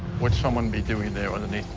would someone be doing there underneath